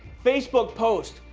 facebook post,